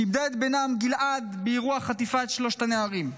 שאיבדה את בנם גיל-עד באירוע חטיפת שלושת הנערים,